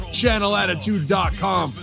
channelattitude.com